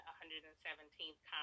117th